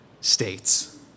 states